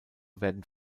werden